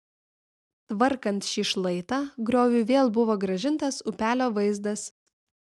tvarkant šį šlaitą grioviui vėl buvo grąžintas upelio vaizdas